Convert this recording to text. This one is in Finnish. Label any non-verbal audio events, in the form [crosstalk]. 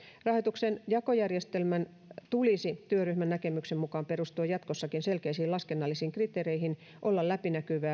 rahoituksenjakojärjestelmän tulisi työryhmän näkemyksen mukaan perustua jatkossakin selkeisiin laskennallisiin kriteereihin ja olla läpinäkyvä [unintelligible]